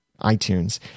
iTunes